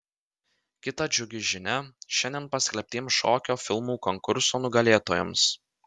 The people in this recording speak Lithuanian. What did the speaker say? kita džiugi žinia šiandien paskelbtiems šokio filmų konkurso nugalėtojams